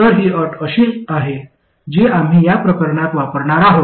तर हि अट आहे जी आम्ही या प्रकरणात वापरणार आहोत